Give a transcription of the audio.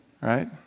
right